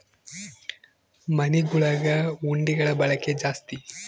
ಮನೆಗುಳಗ ಹುಂಡಿಗುಳ ಬಳಕೆ ಜಾಸ್ತಿ